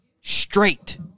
straight